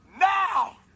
Now